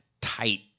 tight